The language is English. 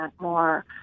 more